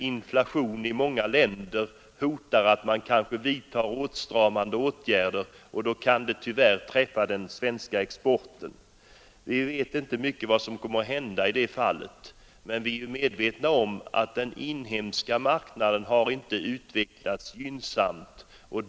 Inflation i många länder leder till att man kanske vidtar åtstramande åtgärder som tyvärr kan träffa den svenska exporten. Vi vet inte mycket om vad som kommer att hända i det fallet, men vi är medvetna om att den inhemska marknaden inte har utvecklats gynnsamt.